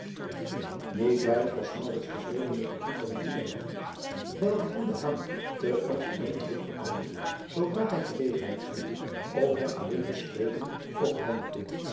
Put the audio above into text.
iet weinig was te vreden met den brief van welken hem te msterdam terug gekomen zoodra hij gelegenheid vond om hem alleen te spreken overhandigde